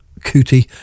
Cootie